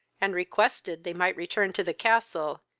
and requested they might return to the castle,